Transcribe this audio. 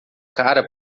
cara